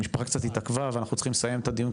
המשפחה קצת התעכבה ואנחנו צריכים לסיים את הדיון,